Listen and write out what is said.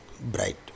bright